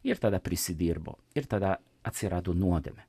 ir tada prisidirbo ir tada atsirado nuodėmė